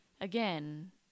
again